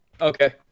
Okay